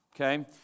Okay